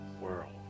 world